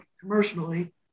commercially